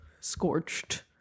Scorched